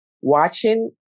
watching